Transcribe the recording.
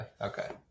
Okay